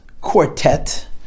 quartet